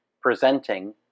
presenting